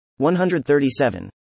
137